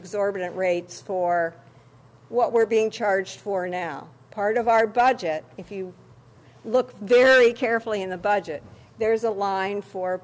exorbitant rates for what we're being charged for now part of our budget if you look very carefully in the budget there's a line for